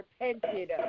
repented